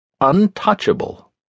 untouchable